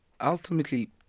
Ultimately